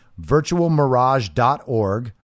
virtualmirage.org